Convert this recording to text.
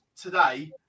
today